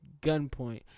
gunpoint